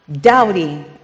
doubting